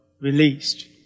released